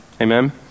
Amen